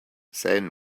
then